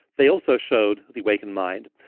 they also showed the awakened mind.